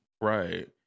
right